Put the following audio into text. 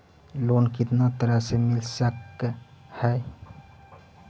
Loan कितना तरह से मिल सक है?